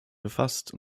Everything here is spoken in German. befasst